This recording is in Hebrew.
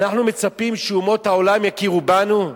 אנחנו מצפים שאומות העולם יכירו בנו?